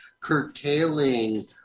curtailing